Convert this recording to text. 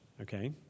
Okay